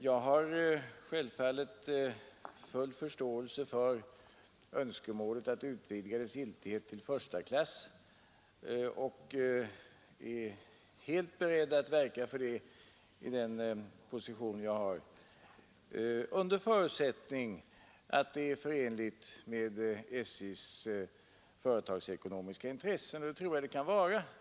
Jag har självfallet full förståelse för önskemålet att utvidga kortets giltighet till första klass och är helt beredd att verka för det i den position jag har — under förutsättning att det är förenligt med SJ:s företagsekonomiska intressen. Och det tror jag det kan vara.